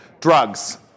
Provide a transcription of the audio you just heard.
Drugs